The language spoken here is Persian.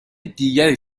دیگری